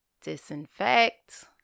Disinfect